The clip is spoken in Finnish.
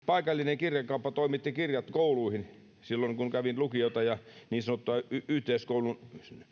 paikallinen kirjakauppa toimitti kirjat kouluihin kun kävin lukiota ja niin sanottua yhteiskoulun